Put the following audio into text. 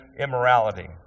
immorality